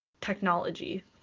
technology